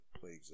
plagues